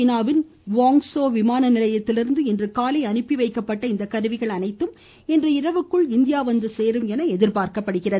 சீனாவின் குவாங்சோ விமான நிலையத்திலிருந்து இன்று காலை அனுப்பி வைக்கப்பட்ட இந்த கருவிகள் அனைத்தும் இன்று இரவுக்குள் இந்தியா வந்து சேரும் என தெரிகிறது